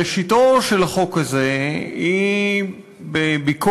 ראשיתו של החוק הזה היא בביקורת,